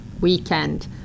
weekend